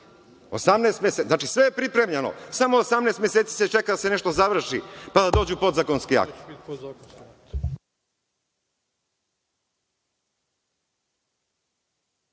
znate. Znači, sve je pripremljeno, samo 18 meseci se čeka da se nešto završi, pa da dođu podzakonski akti.